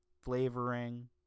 flavoring